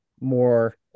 more